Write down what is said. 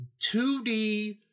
2D